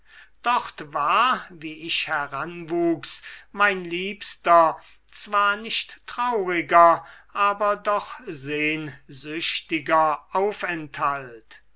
dort war wie ich heranwuchs mein liebster zwar nicht trauriger aber doch sehnsüchtiger aufenthalt